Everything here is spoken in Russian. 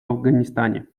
афганистане